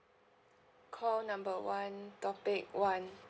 call number one topic one